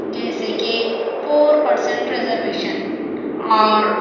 جیسے کہ four percent reservation اور